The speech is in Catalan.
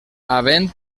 havent